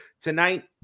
Tonight